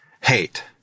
hate